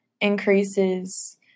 increases